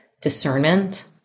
discernment